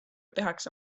tehakse